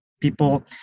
people